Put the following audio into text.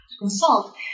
consult